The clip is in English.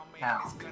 Now